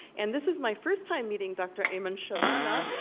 and this is my first time meeting dr. ayman shabana.